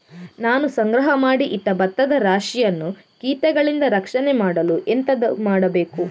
ನಾನು ಸಂಗ್ರಹ ಮಾಡಿ ಇಟ್ಟ ಭತ್ತದ ರಾಶಿಯನ್ನು ಕೀಟಗಳಿಂದ ರಕ್ಷಣೆ ಮಾಡಲು ಎಂತದು ಮಾಡಬೇಕು?